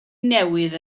newydd